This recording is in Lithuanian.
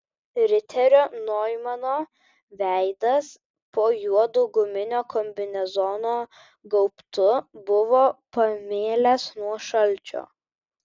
riterio noimano veidas po juodu guminio kombinezono gaubtu buvo pamėlęs nuo šalčio